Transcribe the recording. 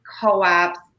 co-ops